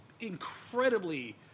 incredibly